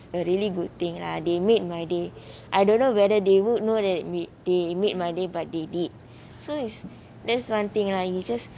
a really good thing lah they made my day I don't know whether they would know that they made my day but they did so is this one thing lah you just